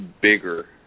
bigger